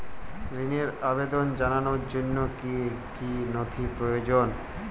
ঋনের আবেদন জানানোর জন্য কী কী নথি প্রয়োজন?